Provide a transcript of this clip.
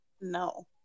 No